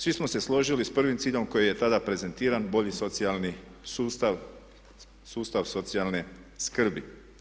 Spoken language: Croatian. Svi smo se složili s prvim ciljem koji je tada prezentiran bolji socijalni sustav, sustav socijalne skrbi.